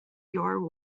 your